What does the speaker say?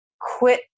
quit